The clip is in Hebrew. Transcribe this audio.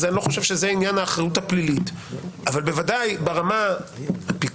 אני לא חושב שזה עניין האחריות הפלילית אבל בוודאי ברמה הפיקודית,